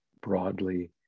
broadly